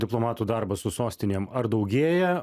diplomatų darbas su sostinėm ar daugėja